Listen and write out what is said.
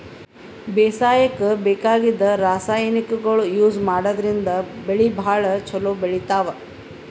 ಬೇಸಾಯಕ್ಕ ಬೇಕಾಗಿದ್ದ್ ರಾಸಾಯನಿಕ್ಗೊಳ್ ಯೂಸ್ ಮಾಡದ್ರಿನ್ದ್ ಬೆಳಿ ಭಾಳ್ ಛಲೋ ಬೆಳಿತಾವ್